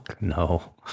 no